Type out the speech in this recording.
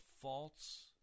false